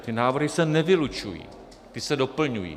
Ty návrhy se nevylučují, ty se doplňují.